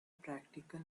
practical